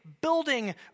building